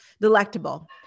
delectable